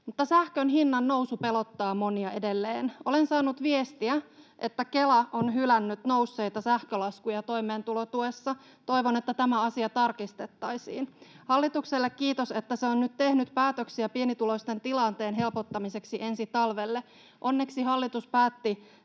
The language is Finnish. Mutta sähkön hinnannousu pelottaa monia edelleen. Olen saanut viestiä, että Kela on hylännyt nousseita sähkölaskuja toimeentulotuessa. Toivon, että tämä asia tarkistettaisiin. Hallitukselle kiitos siitä, että se on nyt tehnyt päätöksiä pienituloisten tilanteen helpottamiseksi ensi talvelle. Onneksi hallitus päätti